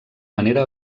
manera